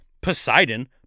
Poseidon